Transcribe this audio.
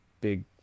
big